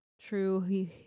true